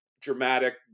dramatic